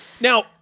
Now